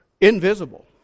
invisible